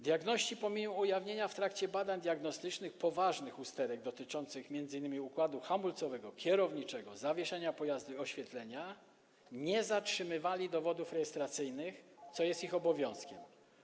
Diagności pomimo ujawnienia w trakcie badań diagnostycznych poważnych usterek dotyczących m.in. układu hamulcowego, kierowniczego, zawieszenia pojazdu i oświetlenia nie zatrzymywali dowodów rejestracyjnych, co jest ich obowiązkiem.